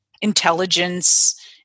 intelligence